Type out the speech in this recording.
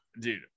dude